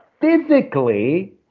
physically